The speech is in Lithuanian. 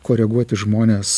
koreguoti žmones